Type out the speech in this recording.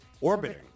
Orbiting